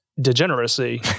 degeneracy